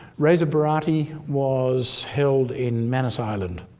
reza barati was held in manus island,